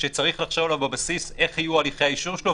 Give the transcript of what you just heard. שצריך לחשוב בבסיס איך יהיו הליכי האישור שלו,